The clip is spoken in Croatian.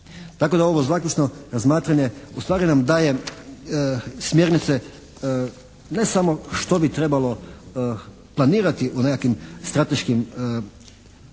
tako da ovo zaključno razmatranje ustvari nam daje smjernice ne samo što bi trebalo planirati u nekakvim strateškim projektima